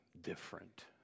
different